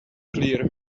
clear